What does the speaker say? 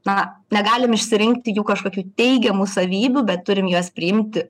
na negalim išsirinkti jų kažkokių teigiamų savybių bet turim juos priimti